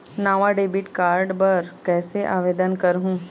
नावा debit card बर कैसे आवेदन करहूं?